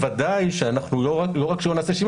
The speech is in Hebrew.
בוודאי שאנחנו לא רק שלא נעשה שינוי,